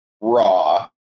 raw